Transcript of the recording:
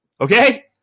Okay